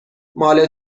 مال